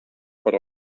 per